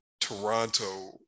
Toronto